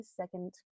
second